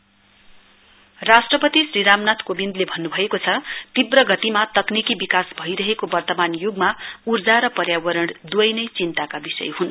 president राष्ट्रपति श्री रामनाथ कोविन्दले भन्न् भएको छ तीव्र गतिमा तकनीकि विकास भइरहेको बर्तमान य्गमा ऊर्जा र पर्यावरण द्वै नै चिन्ताका विषय ह्न्